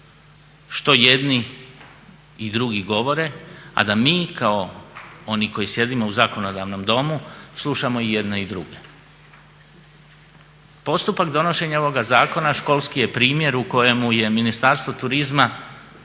što jedni i drugi govore, a da mi kao oni koji sjedimo u zakonodavnom domu slušamo i jedne i druge. Postupak donošenja ovoga zakona školski je primjer u kojemu je Ministarstvo turizma